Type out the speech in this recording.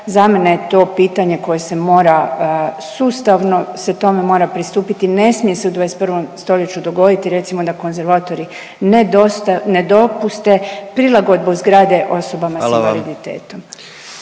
Za mene je to pitanje koje se mora, sustavno se tome mora pristupiti, ne smije se u 21. stoljeću dogoditi recimo da konzervatori ne dopuste prilagodbu zgrade osobama s invaliditetom.